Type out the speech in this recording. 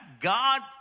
God